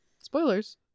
Spoilers